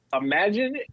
imagine